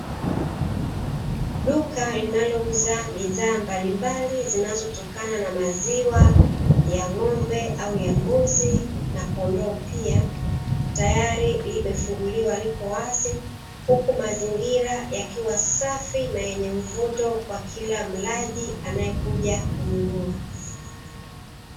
Duka linalouza bidhaa mbalimbali zinazotokana na maziwa ya ng'ombe au ya mbuzi na kondoo pia, tayari limefunguliwa lipo wazi huku mazingira yakiwa safi na yenye mvuto kwa kila mlaji anaekuja kununua.